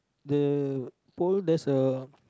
the pole that's a